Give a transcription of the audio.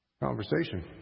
Conversation